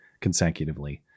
consecutively